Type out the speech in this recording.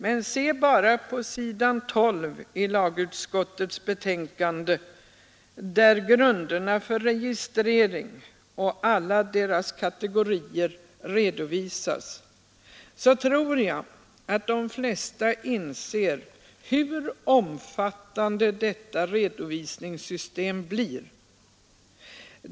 Jag tror dock att de flesta som studerar s. 12 i lagutskottets betänkande, där grunderna för registreringen och alla deras olika kategorier redovisas, inser hur omfattande detta redovisningssystem blir.